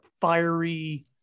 fiery